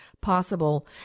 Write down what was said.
possible